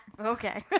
Okay